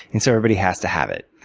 and so everybody has to have it.